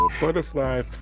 Butterfly